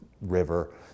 river